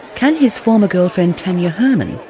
can his former girlfriend, tanya herman,